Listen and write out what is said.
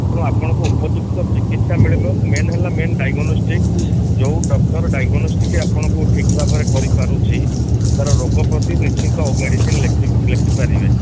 ତେଣୁ ଆପଣଙ୍କୁ ଉପଯୁକ୍ତ ଚିକିତ୍ସା ମିଳିବ ମେନ୍ ହେଲା ମେନ୍ ଡାଇଗୋନାଷ୍ଟିକ୍ ଯେଉଁ ଡକ୍ଟର୍ ଡାଇଗୋନାଷ୍ଟିକ୍ ଆପଣଙ୍କୁ ଠିକ୍ ଭାବରେ କରିପାରୁଛି ତା'ର ରୋଗ ପ୍ରତି ନିଶ୍ଚିନ୍ତ ମେଡ଼ିସିନ୍ ଲେଖିବ ଲେଖିପାରିବେ